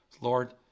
Lord